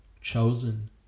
chosen